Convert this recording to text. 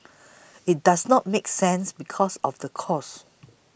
it does not make sense because of the cost